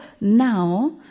now